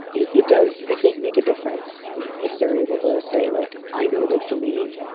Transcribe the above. it it does, i think, make a difference if they're able to say, like, i know that for me,